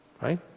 Right